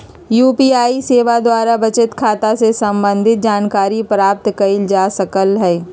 UPI सेवा द्वारा बचत खता से संबंधित जानकारी प्राप्त कएल जा सकहइ